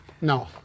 No